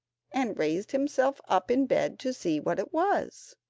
and raised himself up in bed to see what it was.